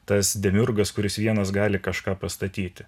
tas demiurgas kuris vienas gali kažką pastatyti